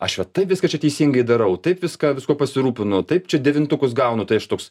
aš va taip viską čia teisingai darau taip viską viskuo pasirūpinu taip čia devintukus gaunu tai aš toks